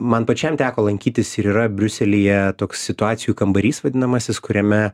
man pačiam teko lankytis ir yra briuselyje toks situacijų kambarys vadinamasis kuriame